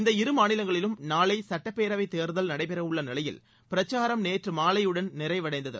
இந்த இருமாநிலங்களிலும் நாளை சுட்டப்பேரவைத் தேர்தல் நடைபெறவுள்ள நிலையில் பிரச்சாரம் நேற்று மாலையுடன் நிறைவடைந்தது